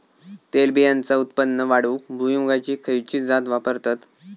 तेलबियांचा उत्पन्न वाढवूक भुईमूगाची खयची जात वापरतत?